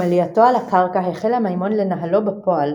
עם עלייתו על הקרקע החלה מימון לנהלו בפועל,